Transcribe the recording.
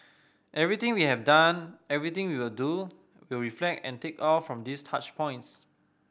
everything we have done everything we will do will reflect and take off from these touch points